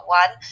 one